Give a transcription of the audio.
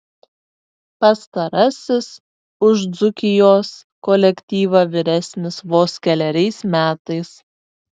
pastarasis už dzūkijos kolektyvą vyresnis vos keleriais metais